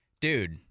dude